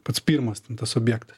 pats pirmas tas objektas